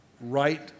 right